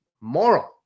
moral